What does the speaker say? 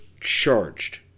charged